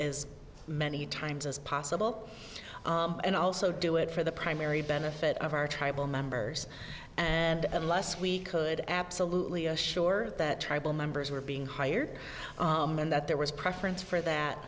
as many times as possible and also do it for the primary benefit of our tribal members and unless we could absolutely assure that tribal members were being hired and that there was preference for